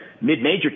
mid-major